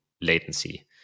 latency